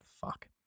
Fuck